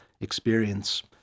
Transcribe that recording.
experience